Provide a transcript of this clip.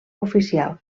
oficial